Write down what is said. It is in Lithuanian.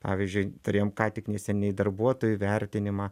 pavyzdžiui turėjom ką tik neseniai darbuotojų įvertinimą